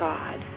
God